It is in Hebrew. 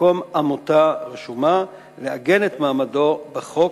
ובמקום עמותה רשומה לעגן את מעמדו בחוק.